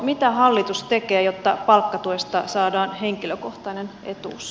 mitä hallitus tekee jotta palkkatuesta saadaan henkilökohtainen etuus